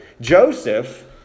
Joseph